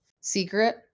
Secret